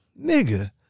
Nigga